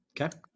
Okay